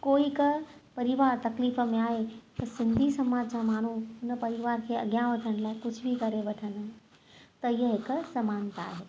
कोई क परिवारु तकलीफ़ में आहे त सिंधी समाज जा माण्हू उन परिवार खे अॻियां वधण लाइ कुझु बि करे वठंदा आहिनि त हीअ हिकु समानता आहे